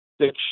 six